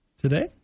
today